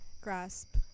grasp